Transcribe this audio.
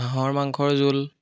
হাঁহৰ মাংসৰ জোল